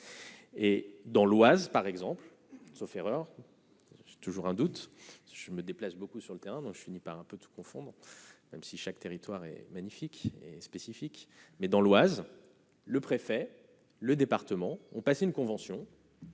Et dans l'Oise, par exemple, sauf erreur, c'est toujours un doute, je me déplace beaucoup sur le terrain, donc je finis par un peu tout confondre même si chaque territoire est magnifique et spécifique mais, dans l'Oise, le préfet, le département ont passé une convention.